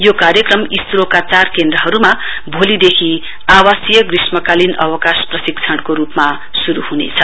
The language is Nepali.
यो कार्यक्रम इसरोका चार केन्द्रहरूमा भोलिदेखि आवासीय ग्रीष्मकालीन अवकाश प्रशिक्षणको रूपमा शुरू हुनेछ